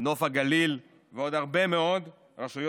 נוף הגליל,